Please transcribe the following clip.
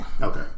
Okay